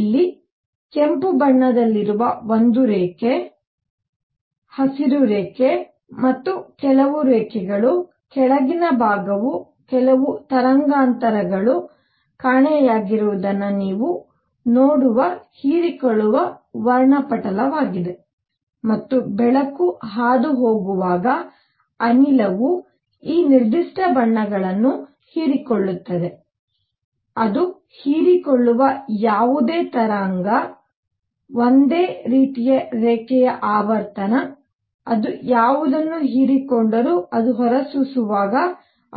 ಇಲ್ಲಿ ಕೆಂಪು ಬಣ್ಣದಲ್ಲಿರುವ ಒಂದು ರೇಖೆ ಹಸಿರು ರೇಖೆ ಮತ್ತು ಇತರ ಕೆಲವು ರೇಖೆಗಳು ಕೆಳಗಿನ ಭಾಗವು ಕೆಲವು ತರಂಗಾಂತರಗಳು ಕಾಣೆಯಾಗಿರುವುದನ್ನು ನೀವು ನೋಡುವ ಹೀರಿಕೊಳ್ಳುವ ವರ್ಣಪಟಲವಾಗಿದೆ ಮತ್ತು ಬೆಳಕು ಹಾದುಹೋಗುವಾಗ ಅನಿಲವು ಈ ನಿರ್ದಿಷ್ಟ ಬಣ್ಣಗಳನ್ನು ಹೀರಿಕೊಳ್ಳುತ್ತದೆ ಅದು ಹೀರಿಕೊಳ್ಳುವ ಯಾವುದೇ ತರಂಗ ಒಂದೇ ರೀತಿಯ ರೇಖೆಯ ಆವರ್ತನ ಅದು ಯಾವುದನ್ನು ಹೀರಿಕೊಂಡರು ಅದು ಹೊರಸೂಸುವಾಗ